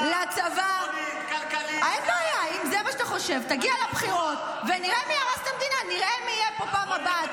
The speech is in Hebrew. אתה בטוח שתהיה בבחירות הבאות?